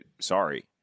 sorry